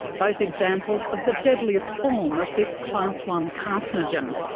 both examples of the deadliest form of this class one carcinogen.